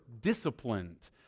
disciplined